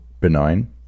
benign